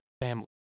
family